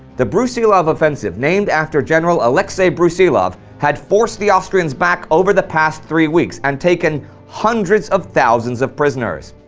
the brusilov offensive, named after general alexei brusilov, had forced the austrians back over the past three weeks and taken hundreds of thousands of prisoners.